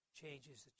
changes